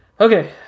okay